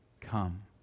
come